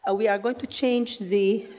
ah we are going to change the